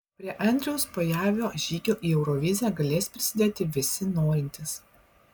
prie andriaus pojavio žygio į euroviziją galės prisidėti visi norintys